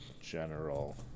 General